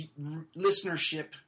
Listenership